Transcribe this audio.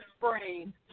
brain